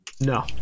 No